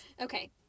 Okay